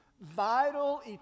vital